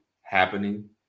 happening